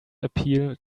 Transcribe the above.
appeal